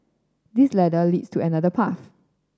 this ladder leads to another path